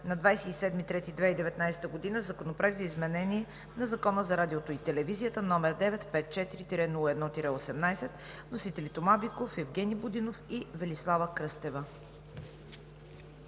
на 27 март 2019 г. Законопроект за изменение на Закона за радиото и телевизията, № 954-01-18“. Вносители: Тома Биков, Евгени Будинов и Велислава Кръстева.